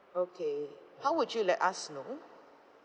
okay how would you let us know